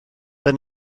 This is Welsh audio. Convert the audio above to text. beth